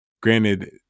granted